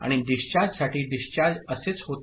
आणि डिस्चार्ज साठी डिस्चार्ज असेच होते